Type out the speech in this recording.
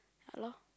ya lor